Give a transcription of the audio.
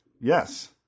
Yes